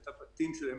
את הבתים שלהם,